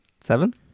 Seven